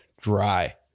dry